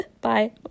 Bye